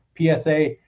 PSA